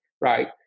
right